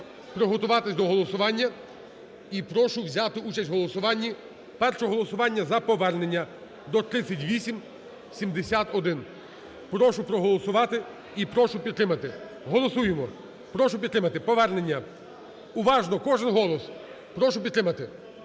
приготуватись до голосування і прошу взяти участь в голосуванні. Перше голосування за повернення до 3871. Прошу проголосувати і прошу підтримати. Голосуємо. Прошу підтримати повернення. Уважно, кожен голос прошу підтримати.